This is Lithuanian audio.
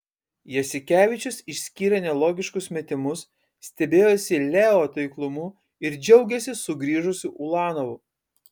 jasikevičius išskyrė nelogiškus metimus stebėjosi leo taiklumu ir džiaugėsi sugrįžusiu ulanovu